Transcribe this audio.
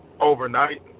overnight